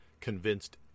convinced